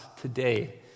today